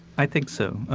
i think so.